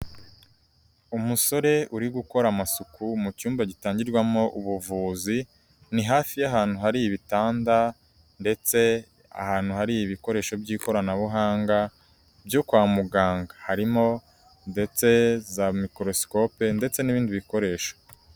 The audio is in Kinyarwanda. Umusore uri gukora amasuku mu cyumba gitangirwamo ubuvuzi, ni hafi y'ahantu hari ibitanda ndetse ahantu hari ibikoresho by'ikoranabuhanga byo kwa muganga, harimo ndetse za mikorosikope ndetse n'ibindi bikoresho.